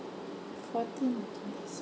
fourteen working days